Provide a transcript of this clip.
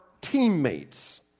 teammates